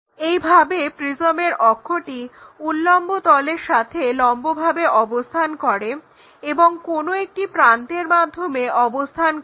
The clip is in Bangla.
একইভাবে প্রিজমের অক্ষটি উল্লম্ব তলের সাথে লম্বভাবে অবস্থান করে এবং কোনো একটি প্রান্তের মাধ্যমে অবস্থান করে